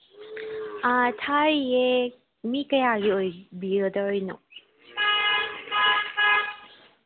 ꯑ ꯊꯥꯏꯌꯦ ꯃꯤ ꯀꯌꯥꯒꯤ ꯑꯣꯏꯕꯤꯒꯗꯣꯏꯅꯣ